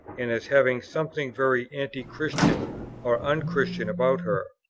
and as having something very anti-christian or unchristian about her.